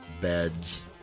beds